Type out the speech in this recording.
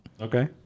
Okay